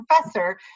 professor